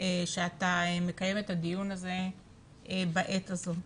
שאתה מקיים את הדיון הזה בעת הזאת.